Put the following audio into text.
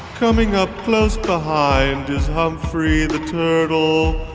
coming up close behind is humphrey the turtle,